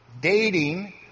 dating